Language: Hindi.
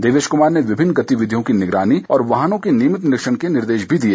देवेश कुमार ने विभिन्न गतिविधियों की निगरानी और वाहनों के नियमित निरीक्षण के भी निर्देश दिए